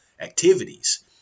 activities